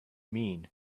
mean